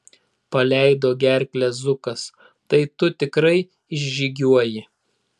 paleido gerklę zukas tai tu tikrai išžygiuoji